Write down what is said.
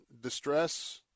distress